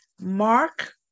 Mark